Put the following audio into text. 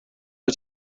wyt